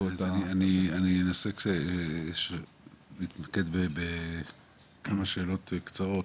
את -- אני אנסה להתמקד בכמה שאלות קצרות,